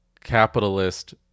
capitalist